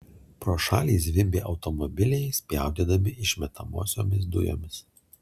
pro šalį zvimbė automobiliai spjaudydami išmetamosiomis dujomis